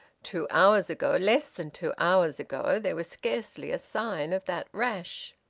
two hours ago less than two hours ago there was scarcely a sign of that rash.